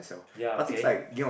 ya okay